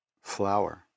flower